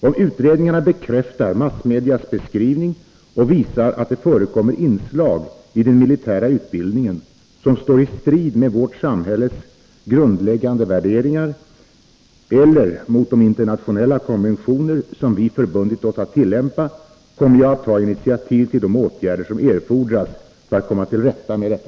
Om utredningarna bekräftar massmedias beskrivning och visar att det förekommer inslag i den militära utbildningen som står i strid med vårt samhälles grundläggande värderingar eller de internationella konventioner som vi förbundit oss att tillämpa, kommer jag att ta initiativ till de åtgärder som erfordras för att komma till rätta med detta.